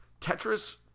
Tetris